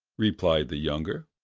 replied the younger.